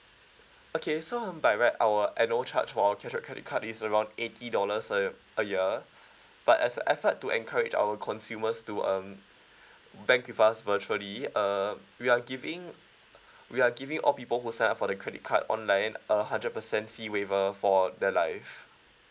okay so um by right our annual charge for our cashback credit card is around eighty dollars a year a year but as a effort to encourage our consumers to um bank with us virtually err we are giving we are giving all people who signed up for the credit card online a hundred percent fee waiver for their life